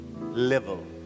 Level